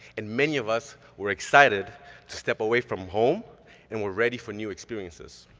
and many of us were excited to step away from home and were ready for new experiences.